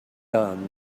done